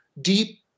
deep